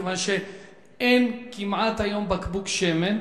מכיוון שהיום אין כמעט בקבוק שמן,